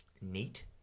neat